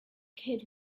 kid